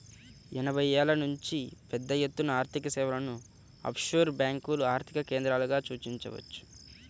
ఎనభైల నుంచే పెద్దఎత్తున ఆర్థికసేవలను ఆఫ్షోర్ బ్యేంకులు ఆర్థిక కేంద్రాలుగా సూచించవచ్చు